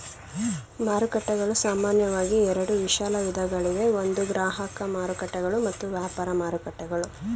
ಮಾರುಕಟ್ಟೆಗಳು ಸಾಮಾನ್ಯವಾಗಿ ಎರಡು ವಿಶಾಲ ವಿಧಗಳಿವೆ ಒಂದು ಗ್ರಾಹಕ ಮಾರುಕಟ್ಟೆಗಳು ಮತ್ತು ವ್ಯಾಪಾರ ಮಾರುಕಟ್ಟೆಗಳು